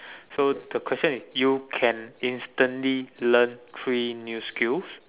so the question is you can instantly learn three new skills